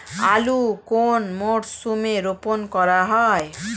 আলু কোন মরশুমে রোপণ করা হয়?